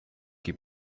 die